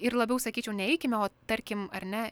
ir labiau sakyčiau ne eikime o tarkim ar ne